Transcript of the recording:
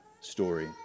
story